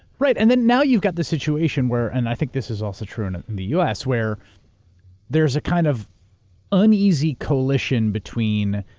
and then now you've got this situation where, and i think this is also true in and and the u. s, where there's a kind of uneasy coalition between,